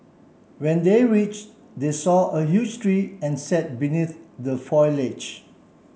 when they reach they saw a huge tree and sat beneath the foliage